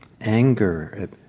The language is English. anger